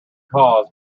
cause